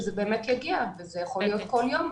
שזה באמת יגיע וזה יכול להיות כל יום.